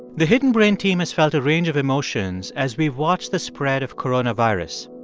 the hidden brain team has felt a range of emotions as we've watched the spread of coronavirus.